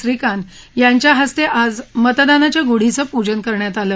श्रीकांत यांच्या हस्ते आज मतदानाच्या गुढीचे पूजन करण्यात आलं